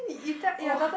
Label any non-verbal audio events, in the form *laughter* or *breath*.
oh *breath*